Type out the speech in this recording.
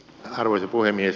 arvoisa puhemies